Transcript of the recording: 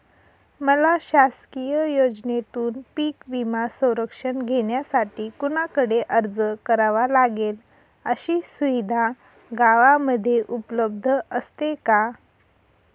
मला शासकीय योजनेतून पीक विमा संरक्षण घेण्यासाठी कुणाकडे अर्ज करावा लागेल? अशी सुविधा गावामध्ये उपलब्ध असते का?